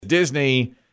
Disney